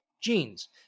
genes